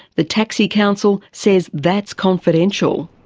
the taxi council says that's confidential.